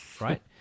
Right